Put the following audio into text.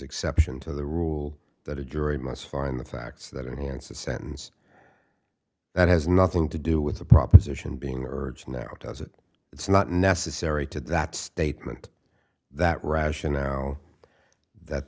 exception to the rule that a jury must find the facts that enhance the sentence that has nothing to do with the proposition being urged now does it it's not necessary to that statement that rationale that